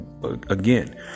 Again